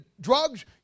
drugs